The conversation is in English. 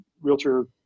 realtor